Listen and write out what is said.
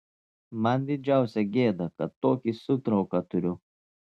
man didžiausia gėda kad tokį sūtrauką turiu